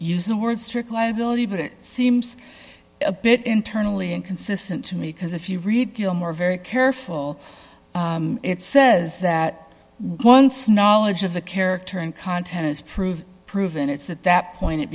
use the word strict liability but it seems a bit internally inconsistent to me because if you read more very careful it says that once knowledge of the character and content is proved proven it's at that point it